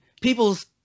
people's